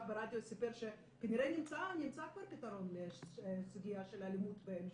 ברדיו סיפר שכנראה נמצא כבר פתרון לסוגיה של אלימות במשפחה.